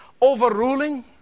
overruling